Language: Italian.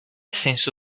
senso